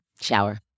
Shower